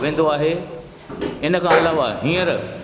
वेंदो आहे हिन खां अलावा हींअर